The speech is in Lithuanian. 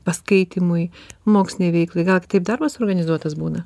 paskaitymui mokslinei veiklai gal kitaip darbas organizuotas būna